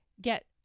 get